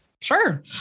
Sure